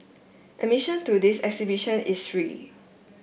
admission to this exhibition is free